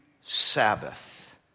Sabbath